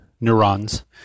neurons